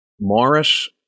Morris